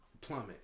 Plummet